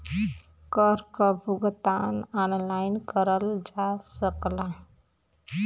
कर क भुगतान ऑनलाइन करल जा सकला